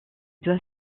doit